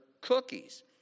cookies